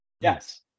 Yes